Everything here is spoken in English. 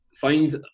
find